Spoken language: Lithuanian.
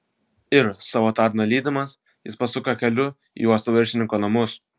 ir savo tarno lydimas jis pasuko keliu į uosto viršininko namus